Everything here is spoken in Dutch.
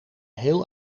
heel